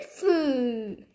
food